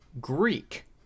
Greek